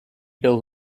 build